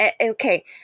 okay